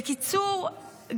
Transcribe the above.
בקיצור,